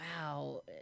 wow